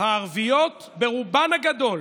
הערביות, ברובן הגדול,